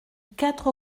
quatre